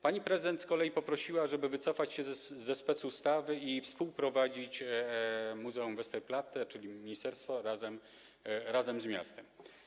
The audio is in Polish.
Pani prezydent z kolei poprosiła, żeby wycofać się ze specustawy i współprowadzić muzeum Westerplatte, czyli ministerstwo razem z miastem.